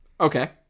Okay